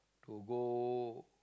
to go